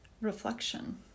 reflection